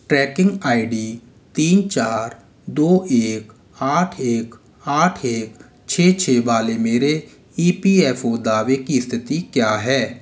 trekking I D तीन चार दो एक आठ एक आठ एक छ छ वाले मेरे ई पी एफ ओ दावे की स्थिति क्या है